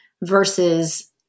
versus